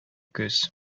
күз